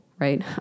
right